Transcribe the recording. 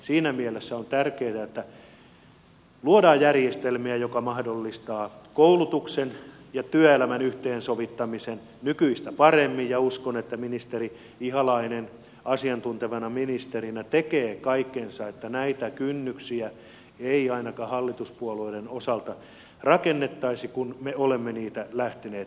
siinä mielessä on tärkeätä että luodaan järjestelmiä jotka mahdollistavat koulutuksen ja työelämän yhteensovittamisen nykyistä paremmin ja uskon että ministeri ihalainen asiantuntevana ministerinä tekee kaikkensa että näitä kynnyksiä ei ainakaan hallituspuolueiden osalta rakennettaisi kun me olemme niitä lähteneet murtamaan